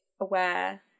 aware